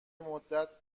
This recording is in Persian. مدت